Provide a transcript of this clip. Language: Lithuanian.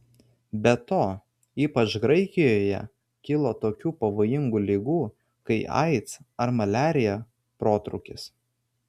be to ypač graikijoje kilo tokių pavojingų ligų kai aids ar maliarija protrūkis